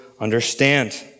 understand